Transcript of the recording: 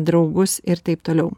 draugus ir taip toliau